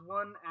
one